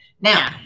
Now